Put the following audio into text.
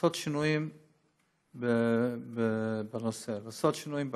לעשות שינויים בנושא, שינויים בשעות.